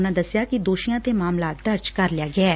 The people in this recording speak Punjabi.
ਉਨੂਂ ਦਸਿਆ ਕਿ ਦੋਸ਼ੀਆਂ ਤੇ ਮਾਮਲਾਂ ਦਰਜ ਕਰ ਲਿਆ ਗਿਐ